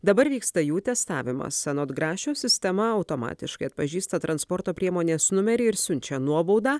dabar vyksta jų testavimas anot grašio sistema automatiškai atpažįsta transporto priemonės numerį ir siunčia nuobaudą